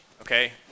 Okay